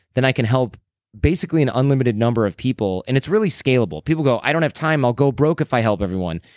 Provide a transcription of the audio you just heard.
then i can help basically an unlimited number of people, and it's really scalable. people go, i don't have time. i'll go broke if i help everyone.